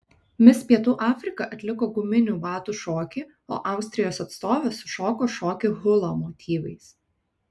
mis pietų afrika atliko guminių batų šokį o austrijos atstovė sušoko šokį hula motyvais